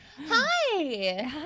Hi